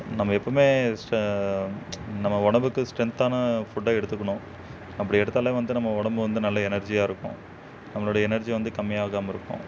நம்ம எப்பவுமே ஸ்டெ நம்ம உடம்புக்கு ஸ்ட்ரென்த்தான ஃபுட்டாக எடுத்துக்கணும் அப்படி எடுத்தாலே வந்து நம்ம உடம்பு வந்து நல்ல எனர்ஜியாக இருக்கும் நம்மளோடய எனர்ஜி வந்து கம்மி ஆகாமல் இருக்கும்